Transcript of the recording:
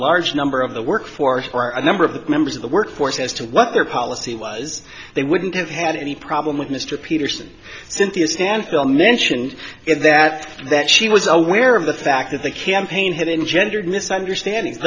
large number of the workforce are a number of the members of the workforce as to what their policy was they wouldn't have had any problem with mr peterson cynthia stand still mentioned in that that she was aware of the fact that the campaign had engendered misunderstandings